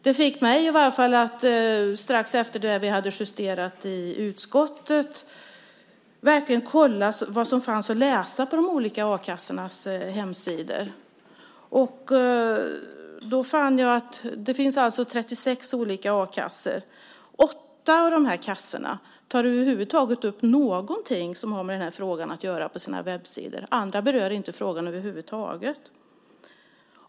Det fick i varje fall mig att strax efter det att vi hade justerat betänkandet i utskottet verkligen kontrollera vad som fanns att läsa på de olika a-kassornas hemsidor. Det finns 36 olika a-kassor. Åtta av de kassorna tar upp någonting som över huvud taget har med frågan att göra på sina webbsidor. Andra berör inte frågan över huvud taget.